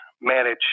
manage